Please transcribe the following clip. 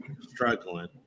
struggling